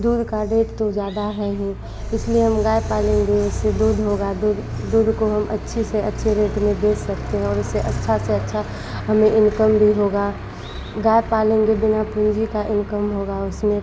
दूध का रेट तो ज़्यादा है ही इसीलिए हम गाय पालेंगे उससे दूध होगा दूध दूध को हम अच्छे से रेट में बेच सकते हैं और उसे अच्छा से अच्छा हमें इनकम भी होगा गाय पालेंगे बिना पूँजी का इनकम होगा उसमें